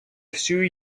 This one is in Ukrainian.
всю